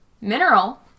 Mineral